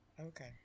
Okay